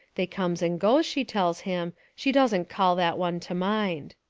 they comes and goes, she tells him, she doesn't call that one to mind.